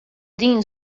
din